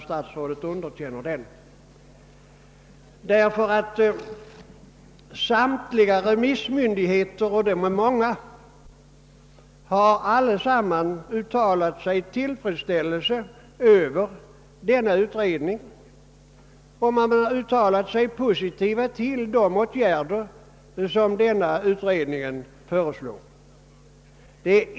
Samtliga remissinstanser — de är många — har uttalat sin tillfredsställelse över denna utredning och de har ställt sig positiva till de åtgärder som i utredningen föreslås.